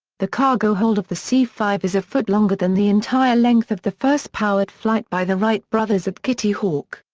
the cargo hold of the c five is a foot longer than the entire length of the first powered flight by the wright brothers at kitty hawk.